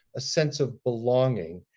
a sense of belonging.